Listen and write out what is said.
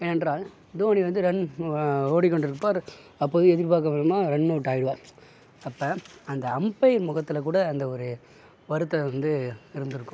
ஏனென்றால் தோனி வந்து ரன் ஓடி கொண்டு இருப்பார் அப்போது எதிர்பார்க்கா விதமாக ரன் அவுட் ஆயிடுவார் அப்போ அந்த அம்பயர் முகத்தில் கூட அந்த ஒரு வருத்தம் வந்து இருந்துருக்கும்